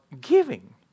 giving